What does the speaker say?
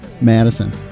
Madison